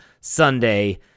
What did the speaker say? Sunday